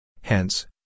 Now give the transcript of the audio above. Hence